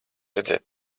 redzēt